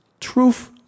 truth